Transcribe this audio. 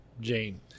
jane